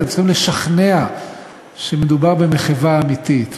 אתם צריכים לשכנע שמדובר במחווה אמיתית,